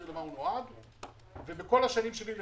תקציב ההילולה היה 15.5 מיליון שקל,